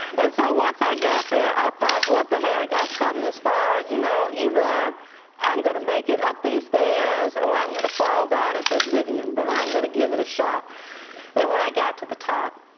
and so once i got there, i thought what the heck, i've come this far, you know, either i'm gonna make it up these stairs or i'm gonna fall down into oblivion, but i'm gonna give it a shot and when i got to the top,